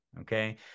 okay